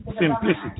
simplicity